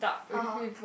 (aha)